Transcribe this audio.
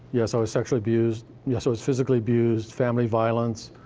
yes, i was sexually abused, yes, i was physically abused, family violence,